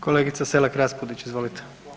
Kolegica Selak Raspudić, izvolite.